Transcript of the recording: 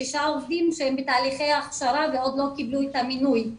שישה עובדים שהם בתהליכי הכשרה והם עוד לא קיבלו את המינוי.